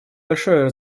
большое